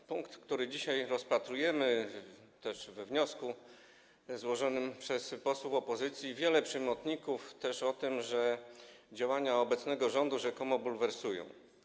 W punkcie, który dzisiaj rozpatrujemy, też we wniosku złożonym przez posłów opozycji, pada wiele przymiotników, też co do tego, że działania obecnego rządu rzekomo bulwersują.